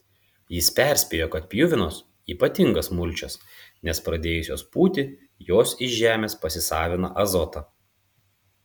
jis perspėjo kad pjuvenos ypatingas mulčias nes pradėjusios pūti jos iš žemės pasisavina azotą